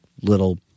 little